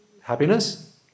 happiness